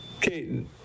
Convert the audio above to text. Okay